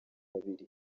mubiri